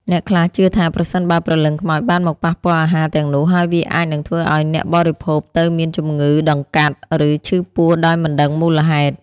អ្នកខ្លះជឿថាប្រសិនបើព្រលឹងខ្មោចបានមកប៉ះពាល់អាហារទាំងនោះហើយវាអាចនឹងធ្វើឱ្យអ្នកបរិភោគទៅមានជំងឺតម្កាត់ ឬឈឺពោះដោយមិនដឹងមូលហេតុ។